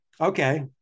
Okay